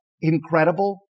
incredible